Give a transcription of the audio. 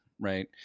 right